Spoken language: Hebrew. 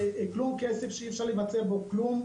זה מעט מאוד כסף, שאי אפשר לבצע בו כלום.